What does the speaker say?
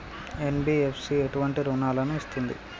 NBFC ఎటువంటి రుణాలను ఇస్తుంది?